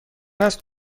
است